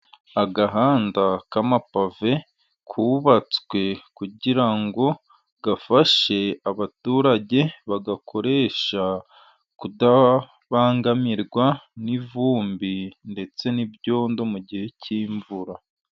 Agahanda k'amapave kubabatswe, kugira ngo gafashe abaturage bagakoresha, kutabangamirwa n'ivumbi ndetse n'ibyondo mu gihe cy'imvura.